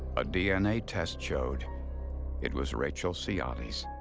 a dna test showed it was rachel siani's.